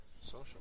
Social